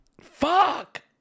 fuck